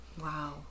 Wow